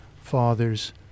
father's